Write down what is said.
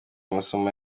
amasomo